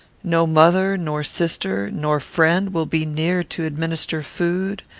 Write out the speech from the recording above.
no mother, nor sister, nor friend, will be near to administer food,